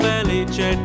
Felice